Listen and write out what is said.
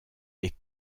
est